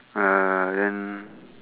ah then